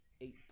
eight